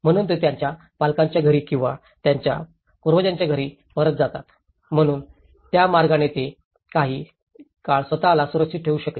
म्हणून ते त्यांच्या पालकांच्या घरी किंवा त्यांच्या पूर्वजांच्या घरी परत जातात म्हणून त्या मार्गाने ते काही काळ स्वत ला सुरक्षित ठेवू शकले